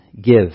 give